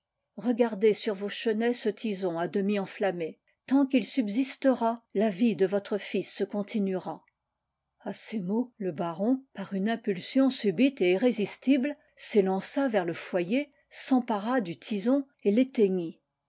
regardez sur vos chenets ce tison à demi enflammé tant quil subsistera la vie de votre fils se continuera a ces mots le baron par une impulsion subite et irrésistible s'élança vers le foyer s'empara du tison et